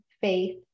faith